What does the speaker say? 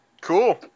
Cool